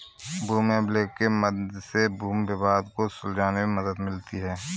भूमि अभिलेख के मध्य से भूमि विवाद को सुलझाने में मदद मिलती है